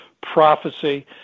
prophecy